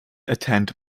attend